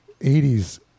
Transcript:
80s